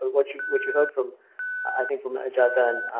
what you what you heard from i think from ah ajaita then